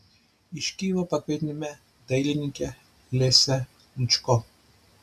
iš kijevo pakvietėme dailininkę lesią lučko